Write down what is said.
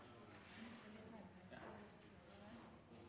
sjølvstyre. Me er